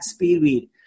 Speedweed